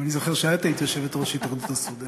אני גם זוכר שאת היית יושבת-ראש התאחדות הסטודנטים.